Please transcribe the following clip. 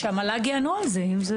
שהמל"ג יענו על זה.